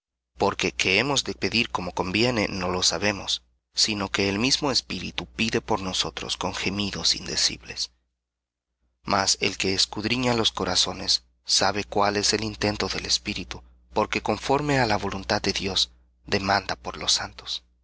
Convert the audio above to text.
porque qué hemos de pedir como conviene no lo sabemos sino que el mismo espíritu pide por nosotros con gemidos indecibles mas el que escudriña los corazones sabe cuál es el intento del espíritu porque conforme á dios demanda por los santos